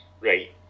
right